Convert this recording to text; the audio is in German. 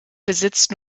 besitzt